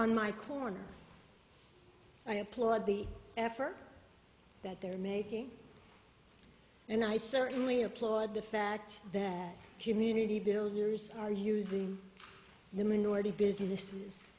on my corner i applaud the effort that they're making and i certainly applaud the fact that community builders are using the minority businesses